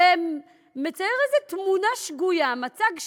ומצייר איזו תמונה שגויה, מצג שווא,